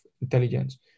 intelligence